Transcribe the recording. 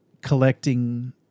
collecting